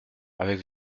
avec